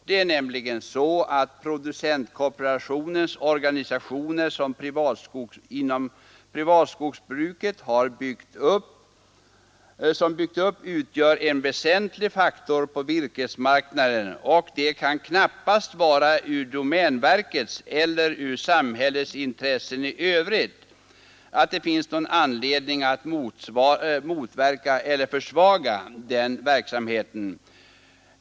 Det är nämligen så att den organisation som producentkooperationen byggt upp inom det privata skogsbruket utgör en väsentlig faktor på virkesmarknaden, och det kan knappast vara i domänverkets eller i samhällets intressen i övrigt att motverka eller försvaga den verksamheten.